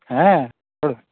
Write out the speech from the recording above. ᱦᱮᱸ